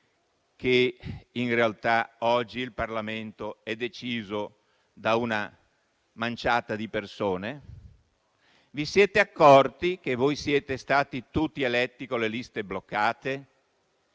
che in realtà oggi il Parlamento è deciso da una manciata di persone? Vi siete accorti che voi siete stati tutti eletti con le liste bloccate?